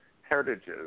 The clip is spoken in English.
heritages